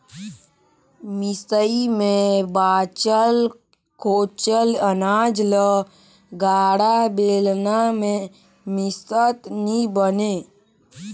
मिसई मे बाचल खोचल अनाज ल गाड़ा, बेलना मे मिसत नी बने